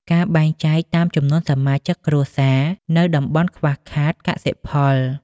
ការបែងចែកតាមចំនួនសមាជិកគ្រួសារ នៅតំបន់ខ្វះខាតកសិផល។